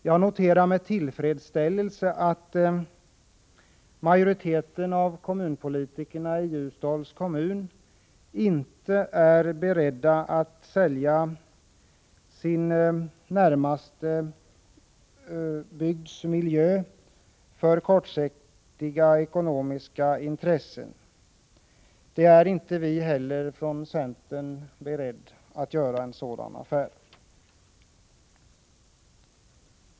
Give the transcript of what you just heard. Jag noterar med tillfredsställelse att majoriteten av kommunpolitikerna i Ljusdals kommun inte är beredd att sälja sin närmaste bygds mijö för kortsiktiga ekonomiska intressen. Inte heller vi från centern är beredda att göra en sådan affär.